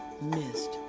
missed